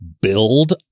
build